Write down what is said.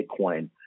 Bitcoin